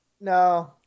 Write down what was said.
no